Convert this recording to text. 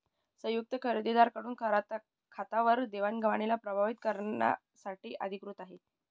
संयुक्त खातेदारा कडून खात्यावर देवाणघेवणीला प्रभावीत करण्यासाठी अधिकृत आहे